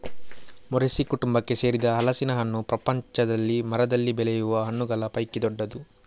Moraceae ಕುಟುಂಬಕ್ಕೆ ಸೇರಿದ ಹಲಸಿನ ಹಣ್ಣು ಪ್ರಪಂಚದಲ್ಲಿ ಮರದಲ್ಲಿ ಬೆಳೆಯುವ ಹಣ್ಣುಗಳ ಪೈಕಿ ದೊಡ್ಡದು